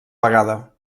vegada